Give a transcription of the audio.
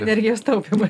energijos taupymą